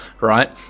right